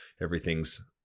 everything's